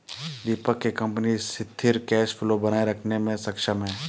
दीपक के कंपनी सिथिर cash flow बनाए रखने मे सक्षम है